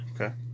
okay